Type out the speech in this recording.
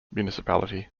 municipality